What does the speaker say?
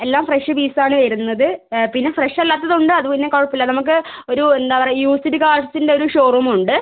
എല്ലാം fresh piece ആണ് വരുന്നത് പിന്നെ ഫ്രഷ് അല്ലാത്തതും ഉണ്ട് അത് പിന്നെ കുഴപ്പമില്ല നമുക്ക് ഒരു എന്താണ് പറയുക യൂസ്ഡ് കാർസിൻ്റെ ഒരു ഷോറൂമും ഉണ്ട്